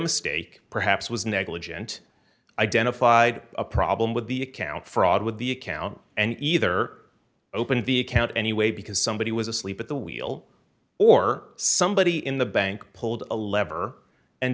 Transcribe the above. mistake perhaps was negligent identified a problem with the account fraud with the account and either opened the account anyway because somebody was asleep at the wheel or somebody in the bank pulled a lever and